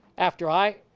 after i